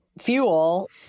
fuel